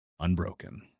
Unbroken